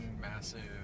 massive